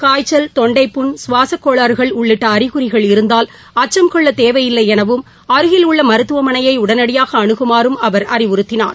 காய்ச்சல் தொண்டைப் புண் சுவாசக்கோளாறுகள் உள்ளிட்ட அறிகுறிகள் இருந்தால் அச்சம் கொள்ளத்தேவையில்லை எனவும் அருகில் உள்ள மருத்துவமனையை உடனடியாக அனுகுமாறும் அவர் அறிவுத்தினார்